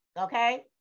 Okay